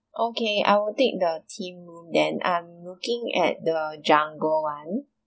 okay I will take the themed room then um looking at the jungle [one]